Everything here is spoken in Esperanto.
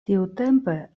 tiutempe